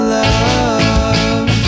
love